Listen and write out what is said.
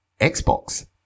Xbox